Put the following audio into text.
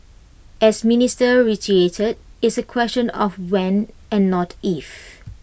as minister reiterated it's A question of when and not if